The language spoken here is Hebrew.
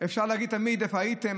אפשר להגיד תמיד איפה הייתם,